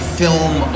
film